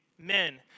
Men